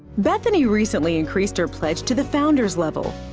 bethany recently increased her pledge to the founders level.